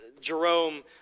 jerome